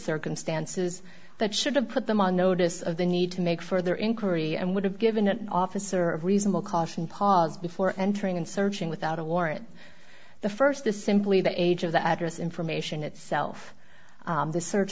circumstances that should have put them on notice of the need to make further inquiry and would have given an officer of reasonable caution pause before entering and searching without a warrant the st the simply the age of the address information itself the search